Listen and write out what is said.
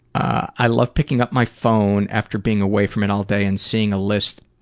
i love picking up my phone after being away from it all day and seeing a list